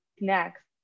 next